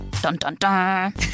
Dun-dun-dun